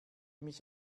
mich